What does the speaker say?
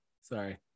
Sorry